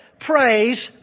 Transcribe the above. praise